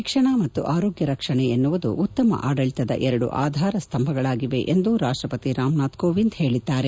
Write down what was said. ಶಿಕ್ಷಣ ಮತ್ತು ಆರೋಗ್ಯ ರಕ್ಷಣೆ ಎನ್ನುವುದು ಉತ್ತಮ ಆಡಳಿತದ ಎರಡು ಆಧಾರ ಸ್ತಂಭಗಳಾಗಿವೆ ಎಂದು ರಾಷ್ಟ್ರಪತಿ ರಾಮನಾಥ್ ಕೋವಿಂದ್ ಹೇಳಿದ್ದಾರೆ